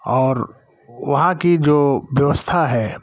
और वहाँ की जो व्यवस्था है